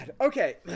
Okay